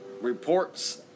reports